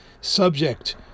subject